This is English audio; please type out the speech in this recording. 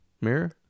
Mirror